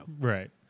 Right